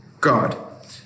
God